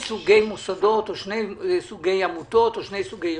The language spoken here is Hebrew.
סוגי מוסדות או שני סוגי עמותות או שני סוגי ארגונים: